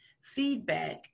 feedback